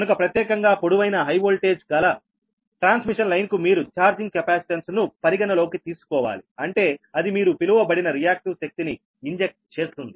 కనుక ప్రత్యేకంగా పొడవైన హై వోల్టేజ్ కల ట్రాన్స్మిషన్ లైన్ కు మీరు ఛార్జింగ్ కెపాసిటెన్స్ ను పరిగణ లోకి తీసుకోవాలి అంటే అది మీరు పిలవబడిన రియాక్టివ్ శక్తి ని ఇంజెక్ట్ చేస్తుంది